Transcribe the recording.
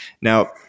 Now